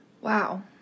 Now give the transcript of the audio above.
Wow